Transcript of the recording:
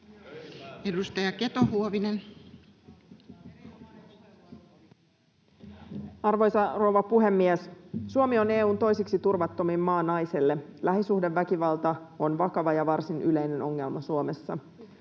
Time: 13:18 Content: Arvoisa rouva puhemies! Suomi on EU:n toiseksi turvattomin maa naiselle. Lähisuhdeväkivalta on vakava ja varsin yleinen ongelma Suomessa.